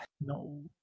No